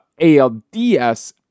ALDS